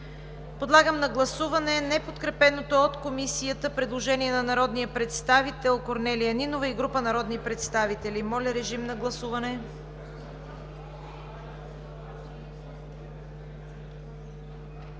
Подлагам на гласуване неподкрепеното от Комисията предложение на народния представител Корнелия Нинова и група народни представители. Гласували